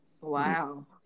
Wow